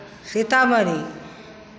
Sitamarhi